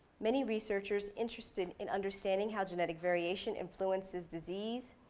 many researchers interested in understanding how genetic variation influences disease,